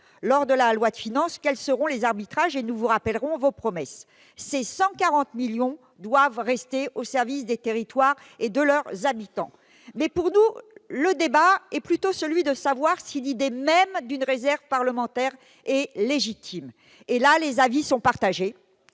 lors de la loi de finances, quels seront les arbitrages et nous vous rappellerons vos promesses. Ces 140 millions doivent rester au service des territoires et de leurs habitants. Pour nous, le débat doit essentiellement porter sur la question suivante : l'idée même d'une réserve parlementaire est-elle légitime ? En la matière, les avis sont partagés.